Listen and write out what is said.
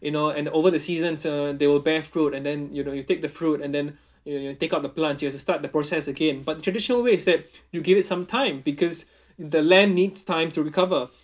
you know and over the seasons uh they will bear fruit and then you know you take the fruit and then you know you take out the plant you have to start the process again but the traditional way is that you give it some time because the land needs time to recover